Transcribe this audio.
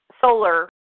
Solar